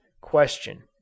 question